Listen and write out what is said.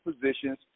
positions